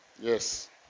Yes